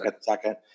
second